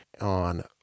on